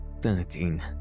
thirteen